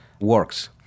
works